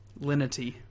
Linity